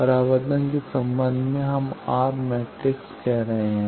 परावर्तन के संबंध में हम आर मैट्रिक्स कह रहे हैं